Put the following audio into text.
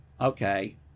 Okay